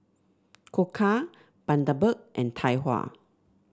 Koka Bundaberg and Tai Hua